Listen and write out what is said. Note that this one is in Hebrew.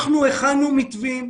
אנחנו הכנו מתווים,